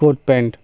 coat pant